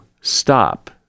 stop